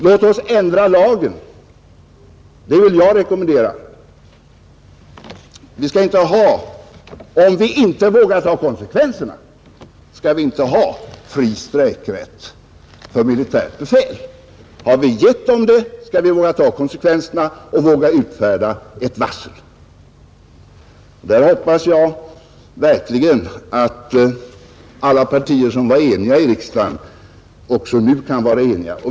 Låt oss ändra lagen — det vill jag rekommendera. Om vi inte vågar ta konsekvenserna skall vi inte ha fri strejkrätt för militärt befäl. Har vi givit denna personalgrupp fri strejkrätt skall vi våga ta konsekvenserna och våga utfärda ett varsel. Därför hoppas jag verkligen att alla partier som var eniga i riksdagen vid lagens antagande också nu skall vara eniga.